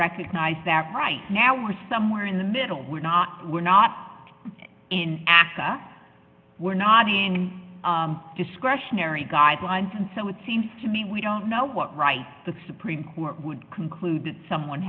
recognize that right now we're somewhere in the middle we're not we're not aca we're not discretionary guidelines and so it seems to me we don't know what rights the supreme court would conclude someone